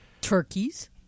Turkeys